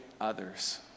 others